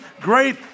great